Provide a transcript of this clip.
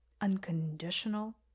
Unconditional